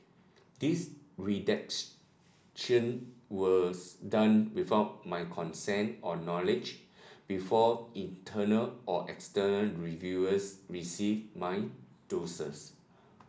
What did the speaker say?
this was done without my consent or knowledge before internal or external reviewers received my dossiers